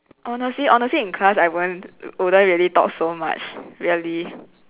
honestly honestly in class I won't wouldn't really talk so much really